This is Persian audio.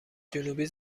جنوبی